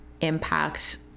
impact